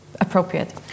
appropriate